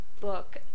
book